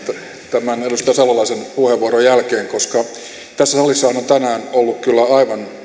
tämän edustaja salolaisen puheenvuoron jälkeen koska tässä salissahan on tänään ollut aivan